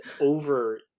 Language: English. over